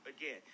again